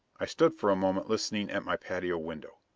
i stood for a moment listening at my patio window.